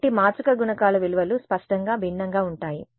కాబట్టి మాతృక గుణకాల విలువలు స్పష్టంగా భిన్నంగా ఉంటాయి